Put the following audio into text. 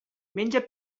menja